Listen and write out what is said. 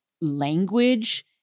language